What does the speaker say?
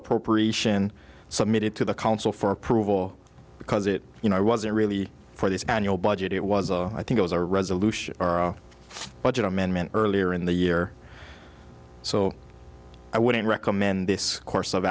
appropriation submitted to the council for approval because it you know wasn't really for this annual budget it was a i think it was a resolution or a budget amendment earlier in the year so i wouldn't recommend this course of